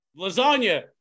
Lasagna